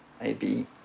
AB